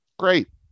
great